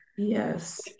Yes